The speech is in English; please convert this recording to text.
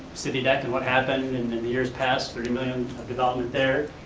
city deck and what happened in the the years passed, thirty million of development there,